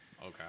Okay